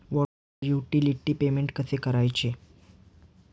Water utility payment कसे करायचे?